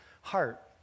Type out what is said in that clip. heart